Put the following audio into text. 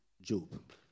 Job